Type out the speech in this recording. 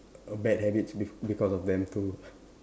a bad habits bec~ because of them too